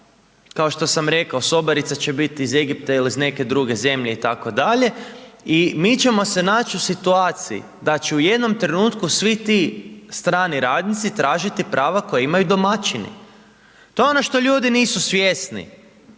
kao što sam rekao sobarica će biti iz Egipta ili iz neke druge zemlje itd. I mi ćemo se naći u situaciji da će u jednom trenutku svi ti strani radnici tražiti prava koja imaju domaćini. To je ono što ljudi nisu svjesni.